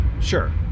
Sure